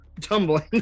Tumbling